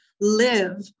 live